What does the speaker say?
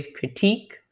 critique